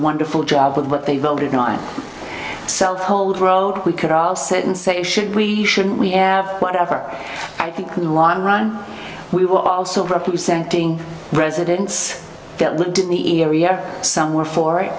wonderful job with what they voted night self hold road we could all sit and say should we should we have whatever i think in the long run we will also representing residents that lived in the area somewhere for